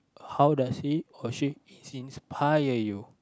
how does he or she is inspire you